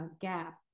gap